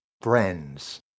friends